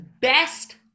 best